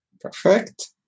Perfect